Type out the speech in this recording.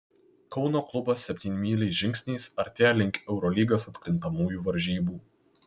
kauno klubas septynmyliais žingsniais artėja link eurolygos atkrintamųjų varžybų